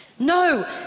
No